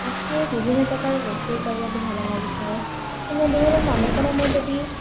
ମତେ ବିଭିନ୍ନ ପ୍ରକାର ରୋଷେଇ କରିବାକୁ ଭଲ ଲାଗିଥାଏ ସେଇମଧ୍ୟରୁ ମନେକର ମୁଁ ଯଦି